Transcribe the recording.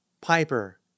Piper